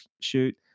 shoot